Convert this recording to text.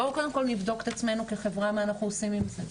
בואו קודם כל נבדוק את עצמנו כחברה מה אנחנו עושים עם זה,